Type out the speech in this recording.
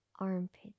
Armpit